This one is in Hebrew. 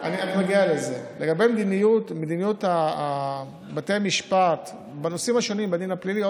לגבי מדיניות בתי המשפט בנושאים השונים בדין הפלילי,